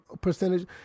percentage